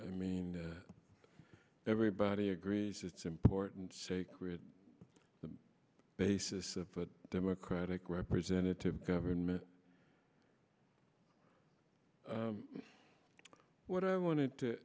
i mean everybody agrees it's important sacred the basis of a democratic representative government what i wanted to